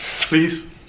Please